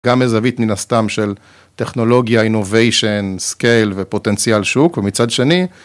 גם מזווית מן הסתם של טכנולוגיה, Innovation, Scale ופוטנציאל שוק ומצד שני.